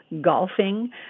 golfing